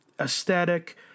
aesthetic